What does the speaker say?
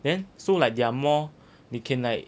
then so like they are more they can like